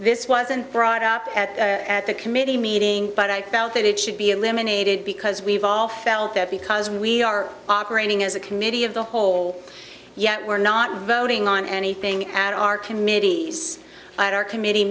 this wasn't brought up at the committee meeting but i felt that it should be eliminated because we've all felt that because we are operating as a committee of the whole yet we're not voting on anything at our committees and our committee